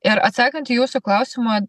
ir atsakant į jūsų klausimą